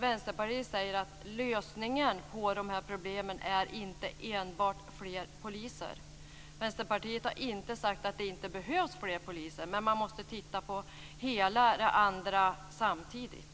Vänsterpartiet säger att lösningen på problemen inte enbart är fler poliser. Vänsterpartiet har inte sagt att det inte behövs fler poliser, men man måste titta på hela det andra samtidigt.